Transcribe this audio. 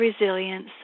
resilience